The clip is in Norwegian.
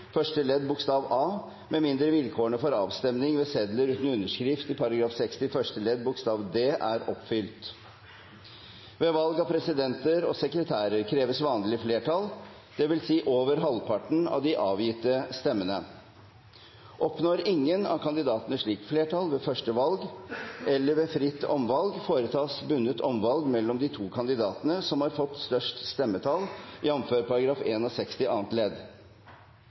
første ledd bokstav a, med mindre vilkårene for avstemning ved sedler uten underskrift i § 60 første ledd bokstav d er oppfylt. Ved valg av presidenter og sekretærer kreves vanlig flertall, dvs. over halvparten av de avgitte stemmene. Oppnår ingen av kandidatene slikt flertall ved første valg eller ved fritt omvalg, foretas bundet omvalg mellom de to kandidatene som har fått størst stemmetall, jf. § 61 annet ledd.»